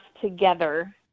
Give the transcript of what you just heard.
together